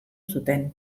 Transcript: zuten